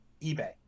eBay